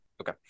Okay